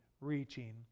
reaching